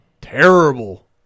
terrible